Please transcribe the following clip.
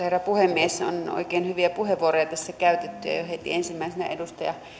herra puhemies on oikein hyviä puheenvuoroja tässä käytetty jo heti ensimmäisenä edustaja